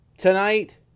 Tonight